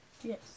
yes